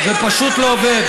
זה פשוט לא עובד.